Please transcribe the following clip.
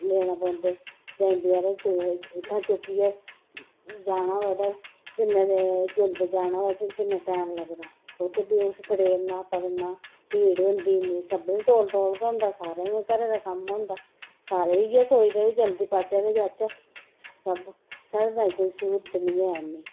लैना पौंदे केईं बचैरे इत्थूं चुक्कियै जाना होऐ ते किन्ने जल्दी जाना होऐ ते किन्ना टैम लगदा उत्थै भी उस खडेरना पकड़ना भीड़ होंदी इन्नी सब्भनें गी तौल तौल गै होंदा सारें गी गै घरे दा कम्म होंदा सारे इ'यै सोचदे भाई जल्दी पाह्चै ते जाह्चै सब साढ़े ताईं कोई स्हूलत निं ऐ इन्नी